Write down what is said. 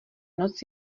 noc